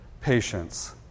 patience